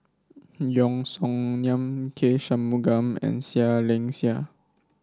Yeo Song Nian K Shanmugam and Seah Liang Seah